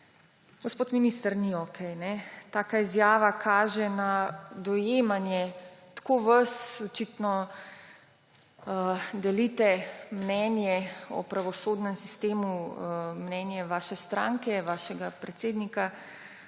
Gospod minister, ni okej. Taka izjava kaže na dojemanje vas, očitno delite mnenje o pravosodnem sistemu vaše stranke, vašega predsednika,